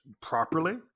properly